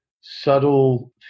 subtle